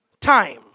time